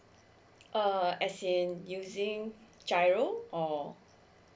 uh as in using G I R O or